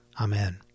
Amen